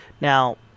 Now